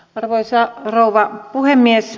arvoisa rouva puhemies